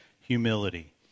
humility